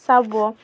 सहावं